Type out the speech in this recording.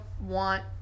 want